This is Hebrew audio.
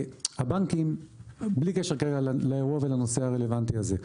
הבנקים, בלי קשר כרגע לאירוע ולנושא הרלוונטי הזה.